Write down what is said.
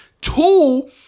two